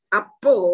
apo